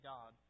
God